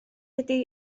ydy